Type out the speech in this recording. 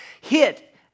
hit